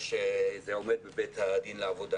וזה עומד בבית הדין לעבודה